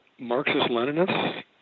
Marxist-Leninists